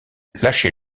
lâchez